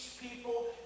people